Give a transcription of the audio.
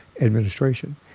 administration